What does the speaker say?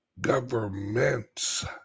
governments